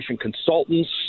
Consultants